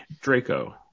Draco